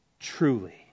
truly